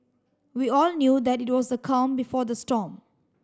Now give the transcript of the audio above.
we all knew that it was the calm before the storm